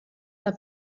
alla